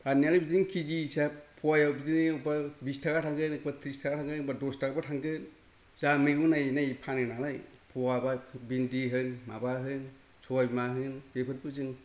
फाननायालाय बिदिनो के जि हिसाब पवायाव बिदिनो अबेबा बिस थाखा थांगोन एखम्बा थ्रिस थाखा थांगोन एखम्बा दस थाखाफोर थांगोन जा मैगं नायै नायै फानो नालाय पवा बा भिन्दि होन माबा होन सबाय बिमा होन बेफोरखौ जों